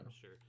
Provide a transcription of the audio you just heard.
sure